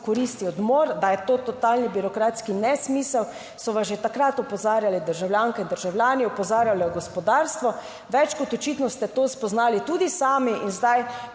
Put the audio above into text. koristi odmor. Da je to totalni birokratski nesmisel, so vas že takrat opozarjali državljanke in državljani, opozarjalo gospodarstvo. Več kot očitno ste to spoznali tudi sami in zdaj